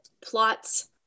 plots